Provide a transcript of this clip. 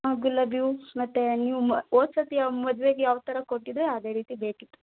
ಹಾಂ ಗುಲಾಬಿ ಹೂ ಮತ್ತು ನೀವು ಮ ಹೋದ್ ಸತಿ ಅವ್ ಮದ್ವೆಗೆ ಯಾವ ಥರ ಕೊಟ್ಟಿದ್ದಿರಿ ಅದೇ ರೀತಿ ಬೇಕಿತ್ತು